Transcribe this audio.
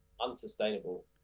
unsustainable